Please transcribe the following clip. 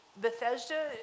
Bethesda